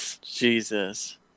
Jesus